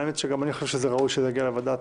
למען האמת, גם אני חושב שראוי שזה יגיע לוועדה